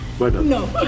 No